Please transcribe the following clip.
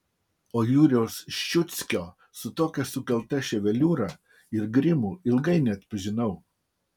o jurijaus ščiuckio su tokia sukelta ševeliūra ir grimu ilgai neatpažinau